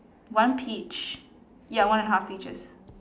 one peach ya one and a half peaches